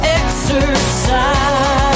exercise